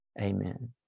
Amen